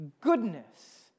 goodness